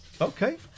Okay